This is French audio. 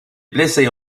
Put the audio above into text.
blessés